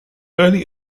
early